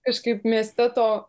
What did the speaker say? kažkaip mieste to